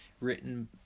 written